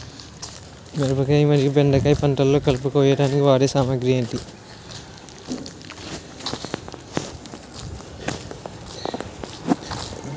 మిరపకాయ మరియు బెండకాయ పంటలో కలుపు కోయడానికి వాడే సామాగ్రి ఏమిటి?